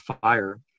Fire